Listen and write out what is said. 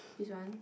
this one